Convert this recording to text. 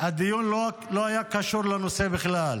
הדיון לא היה קשור לנושא בכלל.